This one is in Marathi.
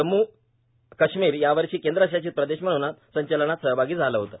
जम्मू कश्मीर यावर्षी केंद्रशासित प्रदेश म्हणून संचलनात सहभागी झालं होतं